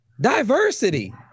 diversity